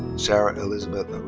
sarah elizabeth